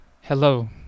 hello